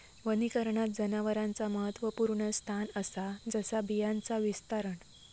वनीकरणात जनावरांचा महत्त्वपुर्ण स्थान असा जसा बियांचा विस्तारण